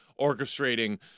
orchestrating